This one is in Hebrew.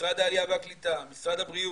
משרד העליה והקליטה, משרד הבריאות,